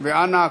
ואנא,